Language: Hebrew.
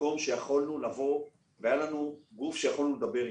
מקום שיכולנו לבוא אליו והיה לנו גוף שיכולנו לדבר אתו.